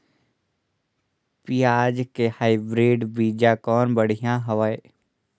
पियाज के हाईब्रिड बीजा कौन बढ़िया हवय?